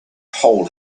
hole